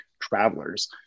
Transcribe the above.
travelers